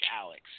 Alex